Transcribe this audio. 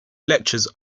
lectures